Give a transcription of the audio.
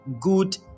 good